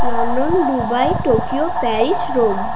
London Dubai Tokyo Paris Rome